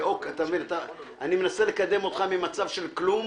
אני מנסה לקדם אותך ממצב של כלום